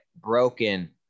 broken